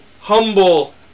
humble